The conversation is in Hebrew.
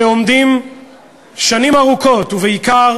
שעומדים שנים ארוכות, ובעיקר